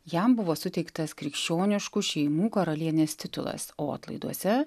jam buvo suteiktas krikščioniškų šeimų karalienės titulas o atlaiduose